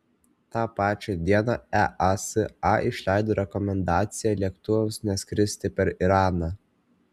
tą pačią dieną easa išleido rekomendaciją lėktuvams neskristi per iraną